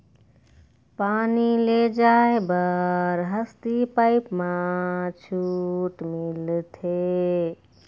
पानी ले जाय बर हसती पाइप मा छूट मिलथे?